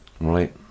right